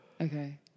Okay